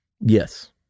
Yes